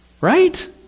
Right